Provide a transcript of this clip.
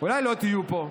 אולי לא תהיו פה?